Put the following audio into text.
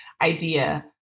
idea